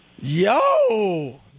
Yo